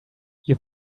you